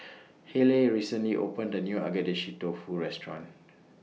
Hayleigh recently opened The New Agedashi Dofu Restaurant